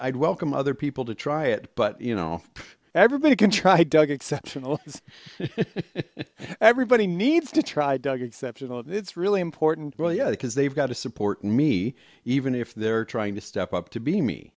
i welcome other people to try it but you know everybody can try doug exceptional everybody needs to try doug exceptional if it's really important because they've got to support me even if they're trying to step up to be me